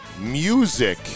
Music